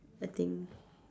I think